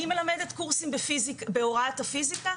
אני מלמדת קורסים בהוראת הפיזיקה,